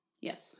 Yes